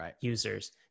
users